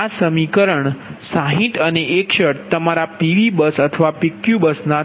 આ સમીકરણ 60 અને 61 તે તમારા PV બસ અથવા PQ ના બસ છે